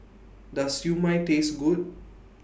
Does Siew Mai Taste Good